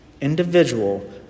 individual